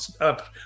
up